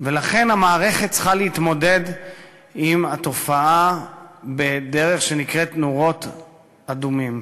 ולכן המערכת צריכה להתמודד עם התופעה בדרך שנקראת "נורות אדומות".